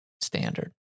standard